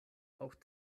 auch